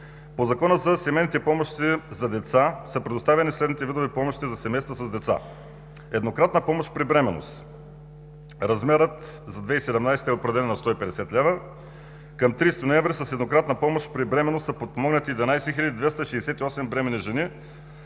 по Закона за семейните помощи за деца са предоставени следните видове помощи за семейства с деца: еднократна помощ при бременност – размерът за 2017 г. е определен на 150 лв., към 30 ноември с еднократна помощ при бременност са подпомогнати 11 268 бременни жени,